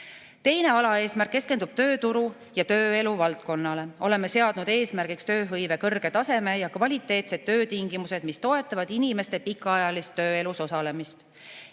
Teine alaeesmärk keskendub tööturu ja tööelu valdkonnale. Oleme seadnud eesmärgiks tööhõive kõrge taseme ja kvaliteetsed töötingimused, mis toetaksid inimeste pikaajalist tööelus osalemist.